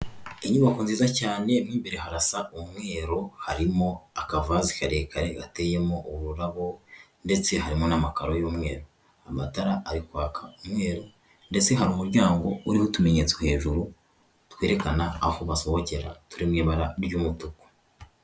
Inyubako nziza cyane mo imbere harasa umwero harimo akavazi karekare gateyemo ururabo ndetse harimo n'amakararo y'umweru amatara ari kwaka umweru ndetse hari umuryango urimo utumenyetso hejuru twerekana aho basohokera turi mu ibara ry'umutuku.